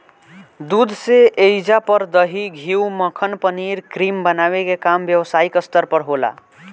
दूध से ऐइजा पर दही, घीव, मक्खन, पनीर, क्रीम बनावे के काम व्यवसायिक स्तर पर होला